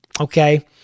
Okay